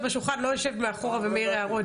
שנה.